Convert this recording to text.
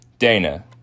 Dana